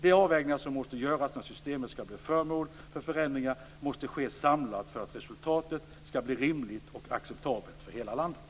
De avvägningar som måste göras när systemet skall bli föremål för förändringar måste ske samlat för att resultatet skall bli rimligt och acceptabelt för hela landet.